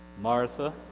Martha